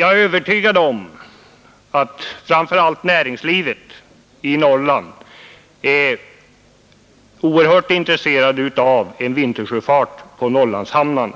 Jag är övertygad om att framför allt näringslivet i Norrland är oerhört intresserat av en vintersjöfart på Norrlandshamnarna,